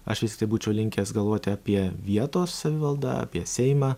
aš vis tik būčiau linkęs galvoti apie vietos savivaldą apie seimą